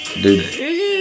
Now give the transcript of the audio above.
Dude